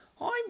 I'm